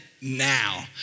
Now